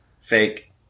fake